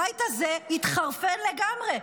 הבית הזה התחרפן לגמרי.